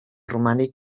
romànic